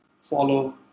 follow